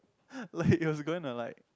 like it was going to like